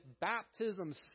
baptism